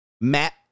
Matt